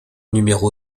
numéro